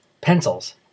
Pencils